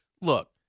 look